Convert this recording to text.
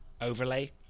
overlay